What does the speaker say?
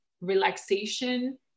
relaxation